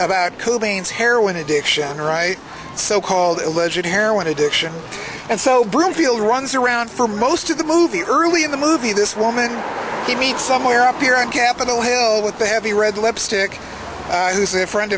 about cobain's heroin addiction right so called a legit heroin addiction and so bloomfield runs around for most of the movie early in the movie this woman he meet somewhere up here on capitol hill with a heavy red lipstick who's a friend